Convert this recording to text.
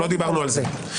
לא דיברנו על זה.